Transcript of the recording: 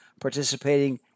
participating